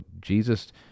Jesus